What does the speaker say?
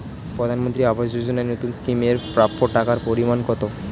প্রধানমন্ত্রী আবাস যোজনায় নতুন স্কিম এর প্রাপ্য টাকার পরিমান কত?